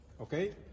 Okay